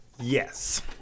Yes